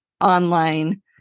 online